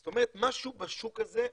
זאת אומרת משהו בשוק הזה עקום,